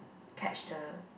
catch the